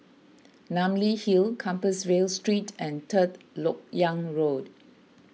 Namly Hill Compassvale Street and Third Lok Yang Road